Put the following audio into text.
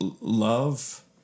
love